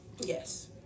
Yes